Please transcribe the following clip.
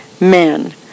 men